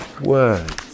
words